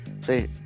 say